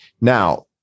Now